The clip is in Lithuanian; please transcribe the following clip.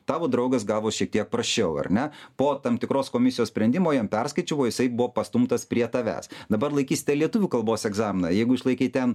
tavo draugas gavo šiek tiek prasčiau ar ne po tam tikros komisijos sprendimo jam perskaičiavo jisai buvo pastumtas prie tavęs dabar laikysite lietuvių kalbos egzaminą jeigu išlaikei ten